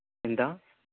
ఎంత